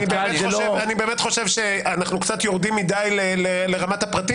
אני באמת חושב שאנחנו קצת יורדים מדי לרמת הפרטים.